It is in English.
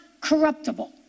corruptible